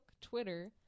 Twitter